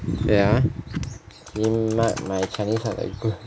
wait ah my chinse aren't that good